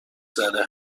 زده